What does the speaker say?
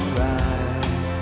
right